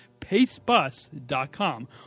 PaceBus.com